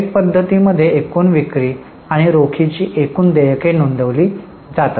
थेट पद्धतीमध्ये एकूण विक्री आणि रोखीची एकूण देयके नोंदवली जातात